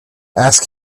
ask